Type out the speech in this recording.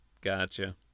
Gotcha